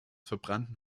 verbrannten